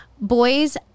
Boys